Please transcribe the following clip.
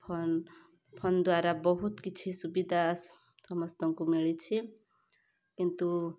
phone phone ଦ୍ୱାରା ବହୁତ କିଛି ସୁବିଧା ସମସ୍ତଙ୍କୁ ମିଳିଛି କିନ୍ତୁ